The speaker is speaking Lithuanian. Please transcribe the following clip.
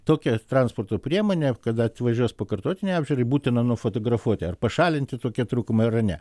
tokią transporto priemonę kada atvažiuos pakartotinei apžiūrai būtina nufotografuoti ar pašalinti tokie trūkumai ar ne